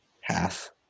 half